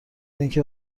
اینکه